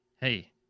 hey